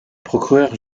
procureur